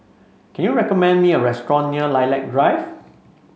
can you recommend me a restaurant near Lilac Drive